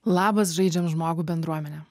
labas žaidžiam žmogų bendruomene